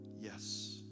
Yes